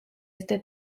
este